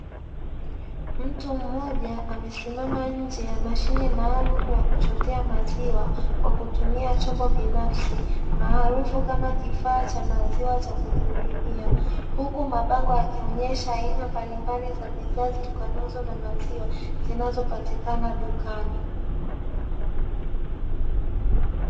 Mtu mmoja amesimama nje ya mashine maalumu ya kuchotea maziwa, kwa kutumia chombo binafsi maarufu kama kifaa cha maziwa cha kujihudumia. Huku mabango yakionyesha aina mbalimbali za bidhaa zitokanazo na maziwa zinazopatikana dukani.